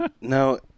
No